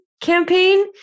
campaign